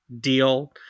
deal